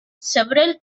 several